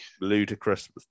ludicrous